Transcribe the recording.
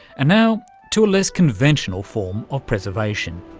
and now to a less conventional form of preservation.